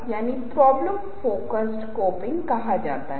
क्योंकि वहां आपको पता चल जाएगा कि इन चीजों का उपयोग कैसे किया जाता है